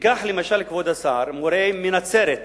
ניקח למשל, כבוד השר, מורה מנצרת,